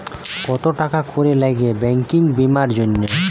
কত টাকা করে লাগে ব্যাঙ্কিং বিমার জন্য?